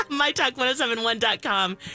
MyTalk1071.com